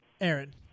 Aaron